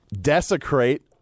desecrate